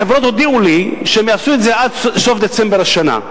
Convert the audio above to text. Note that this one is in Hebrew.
החברות הודיעו לי שהן יעשו את זה עד סוף דצמבר השנה,